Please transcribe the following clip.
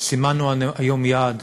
סימנו היום יעד: